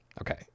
okay